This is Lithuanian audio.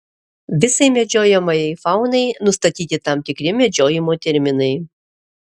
visai medžiojamajai faunai nustatyti tam tikri medžiojimo terminai